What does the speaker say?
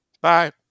Bye